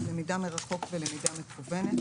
למידה מרחוק ולמידה מקוונת.